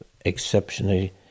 exceptionally